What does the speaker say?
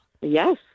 Yes